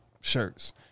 shirts